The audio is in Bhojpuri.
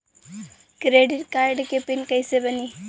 क्रेडिट कार्ड के पिन कैसे बनी?